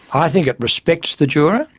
i think it respects the juror,